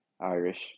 Irish